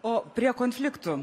o prie konfliktų